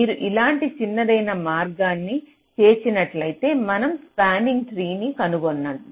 మీరు ఇలాంటి చిన్నదైన మార్గాన్ని చేర్చినట్లయితే మనం స్పానింగ్ ట్రీ కనుగొన్నాము